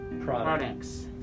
products